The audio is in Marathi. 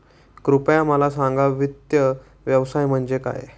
कृपया मला सांगा वित्त व्यवसाय म्हणजे काय?